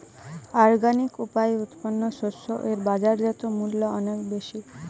organic উপায়ে উৎপন্ন শস্য এর বাজারজাত মূল্য অনেক বেশি